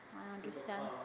understand.